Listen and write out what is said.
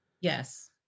yes